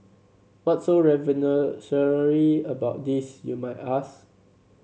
what's so revolutionary about this you might ask